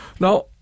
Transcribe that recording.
Now